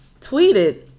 tweeted